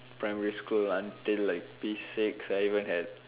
primary school until like P six I even had